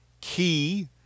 Key